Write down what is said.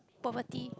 poverty